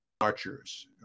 archers